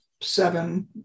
seven